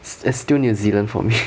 it's it's still new zealand for me